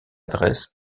adresse